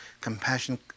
Compassion